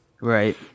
Right